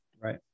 right